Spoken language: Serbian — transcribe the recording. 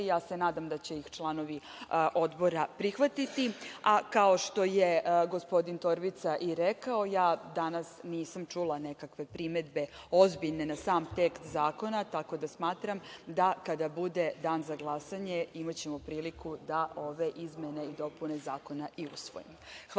i nadam se da će ih članovi odbora prihvatiti. A, kao što je gospodin Torbica i rekao, ja danas nisam čula nekakve primedbe ozbiljne na sam tekst zakona, tako da smatram da kada bude dan za glasanje, imaćemo priliku da ove izmene i dopune zakona i usvojimo.